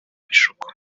bishuko